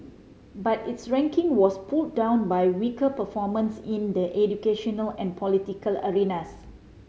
but its ranking was pulled down by weaker performance in the educational and political arenas